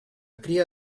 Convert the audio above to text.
cría